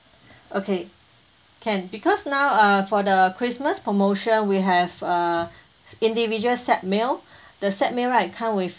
okay can because now uh for the christmas promotion we have uh individual set meal the set meal right come with